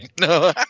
No